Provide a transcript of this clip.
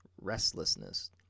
restlessness